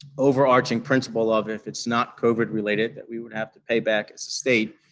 overarching principle of if it's not covid-related that we would have to pay back as a state,